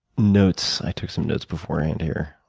notes i took some notes beforehand here,